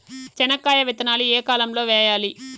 చెనక్కాయ విత్తనాలు ఏ కాలం లో వేయాలి?